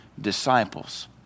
disciples